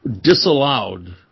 disallowed